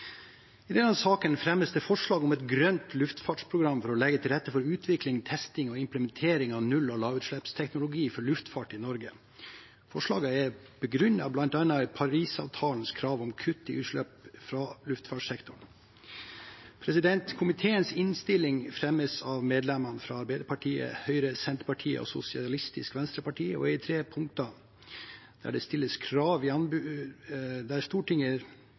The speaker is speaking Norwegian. I denne saken fremmes det forslag om et grønt luftfartsprogram for å legge til rette for utvikling, testing og implementering av null- og lavutslippsteknologi for luftfart i Norge. Forslagene er begrunnet bl.a. i Parisavtalens krav om kutt i utslipp fra luftfartssektoren. Komiteens innstilling fremmes av medlemmene fra Arbeiderpartiet, Høyre, Senterpartiet og Sosialistisk Venstreparti og er i tre punkter: at Stortinget ber regjeringen sørge for at det stilles krav i